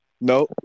No